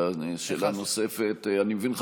אני מבין,